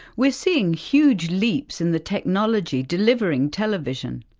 we're seeing huge leaps in the technology delivering television.